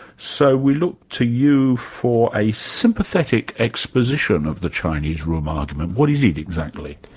so we look to you for a sympathetic exposition of the chinese room argument. what is it, exactly?